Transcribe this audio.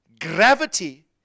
gravity